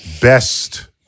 best